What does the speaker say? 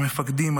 המפקדים,